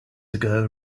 ago